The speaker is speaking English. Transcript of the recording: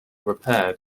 repaired